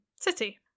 city